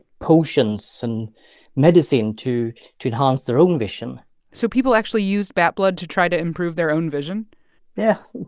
potions and medicine to to enhance their own vision so people actually used bat blood to try to improve their own vision yes.